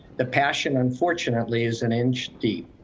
the passion unfortunately is an inch deep.